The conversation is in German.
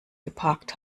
geparkt